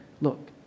look